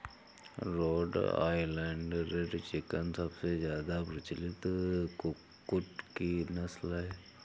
road Island Red chicken सबसे ज्यादा प्रचलित कुक्कुट की नस्ल है